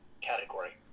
category